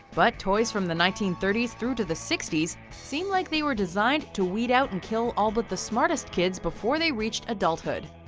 but toys from the nineteen thirty s through to the sixty s, seemed like they were designed to weed out, and kill all, but the smartest kids before they reach adulthood.